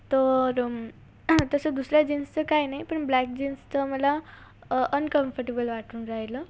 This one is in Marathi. तर तसं दुसऱ्या जीन्सचं काही नाही पण ब्लॅक जीन्सचं मला अनकम्फर्टेबल वाटून राहिलं